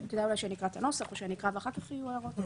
כדאי שנקרא את הנוסח או שנקרא ואחר כך יהיו הערות.